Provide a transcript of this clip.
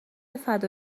فدا